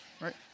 right